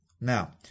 Now